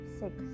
six